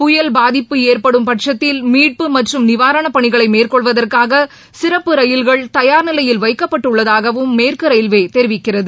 புயல் பாதிப்பு ஏற்படும் பட்சத்தில் மீட்பு மற்றும் நிவாரணப்பணிகளை மேற்கொள்வதற்காக சிறப்பு ரயில்கள் தயார்நிலையில் வைக்கப்பட்டுள்ளதாகவும் மேற்கு ரயில்வே தெரிவிக்கிறது